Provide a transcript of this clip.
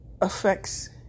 affects